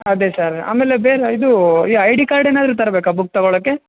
ಅದೇ ಸರ್ ಆಮೇಲೆ ಸರ್ ಇದು ಈ ಐ ಡಿ ಕಾರ್ಡ್ ಏನಾದರು ತರಬೇಕಾ ಬುಕ್ ತೊಗೊಳ್ಳೋಕ್ಕೆ